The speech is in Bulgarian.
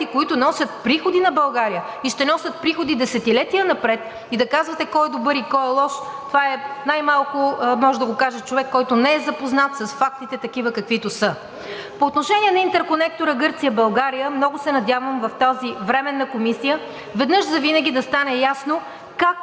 които носят приходи на България и ще носят приходи десетилетия напред, и да казвате кой е добър и кой е лош, това най-малко може да го каже човек, който не е запознат с фактите, такива, каквито са. По отношение на интерконектора Гърция – България, много се надявам в тази временна комисия веднъж завинаги да стане ясно как